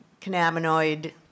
cannabinoid